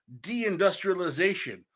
deindustrialization